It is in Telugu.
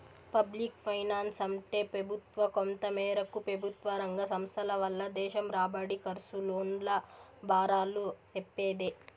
పబ్లిక్ ఫైనాన్సంటే పెబుత్వ, కొంతమేరకు పెబుత్వరంగ సంస్థల వల్ల దేశం రాబడి, కర్సు, లోన్ల బారాలు సెప్పేదే